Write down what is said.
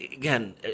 Again